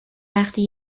وقتی